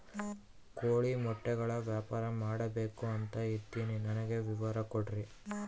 ಕೋಳಿ ಮೊಟ್ಟೆಗಳ ವ್ಯಾಪಾರ ಮಾಡ್ಬೇಕು ಅಂತ ಇದಿನಿ ನನಗೆ ವಿವರ ಕೊಡ್ರಿ?